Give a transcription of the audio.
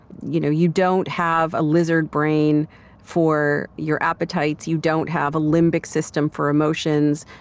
you know you don't have a lizard brain for your appetites, you don't have a limbic system for emotions.